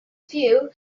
few